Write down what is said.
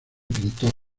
pintó